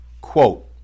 Quote